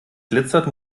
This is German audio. glitzert